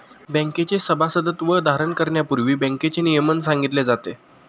बँकेचे सभासदत्व धारण करण्यापूर्वी बँकेचे नियमन सांगितले जाते